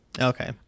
okay